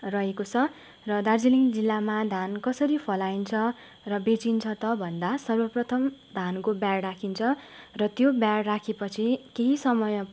रहेको छ र दार्जिलिङ जिल्लामा धान कसरी फलाइन्छ र बेचिन्छ त भन्दा सर्वप्रथम धानको ब्याड राखिन्छ र त्यो ब्याड राखेपछि केही समय